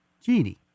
genie